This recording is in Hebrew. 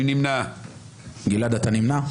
2 נמנעים.